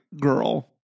girl